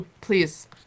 Please